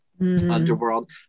Underworld